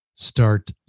start